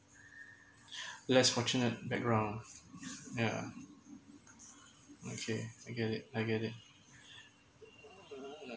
less fortunate background yeah okay I get it I get it